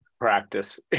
practice